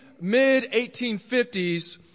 mid-1850s